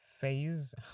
phase